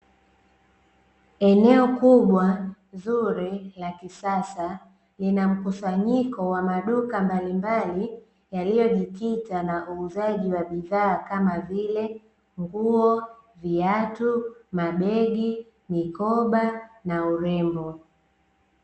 Eneo kubwa zuri la kisasa linamkusanyiko wa maduka mbalimbali yaliyojikita na uuzaji wa bidhaa kama vile; nguo, viatu, mabegi, mikoba na urembo.